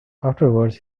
afterward